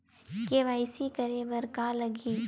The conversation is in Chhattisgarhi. के.वाई.सी करे बर का का लगही?